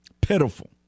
Pitiful